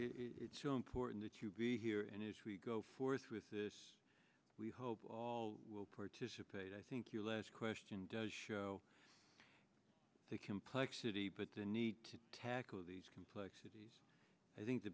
it's so important that you be here and as we go forth with this we hope all will participate i think your last question does show the complexity but the need to tackle these complexities i think the